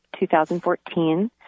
2014